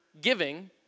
giving